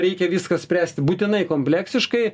reikia viską spręsti būtinai kompleksiškai